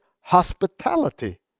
hospitality